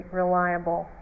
reliable